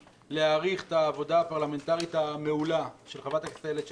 להעריך את העבודה הפרלמנטרית המעולה של חברת הכנסת איילת שקד.